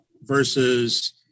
versus